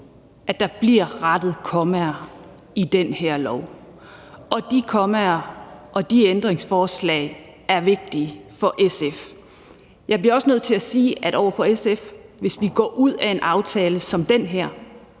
at der bliver rettet kommaer i den her lov, og de kommaer og de ændringsforslag er vigtige for SF. Jeg bliver også nødt til at sige i forhold til SF, at hvis vi går ud af en aftale som den her,